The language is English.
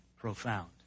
profound